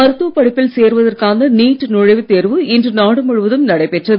மருத்துவ படிப்பில் சேருவதற்கான நீட் நுழைவுத் தேர்வு இன்று நாடு முழுவதும் நடைபெற்றது